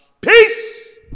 Peace